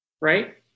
Right